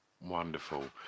Wonderful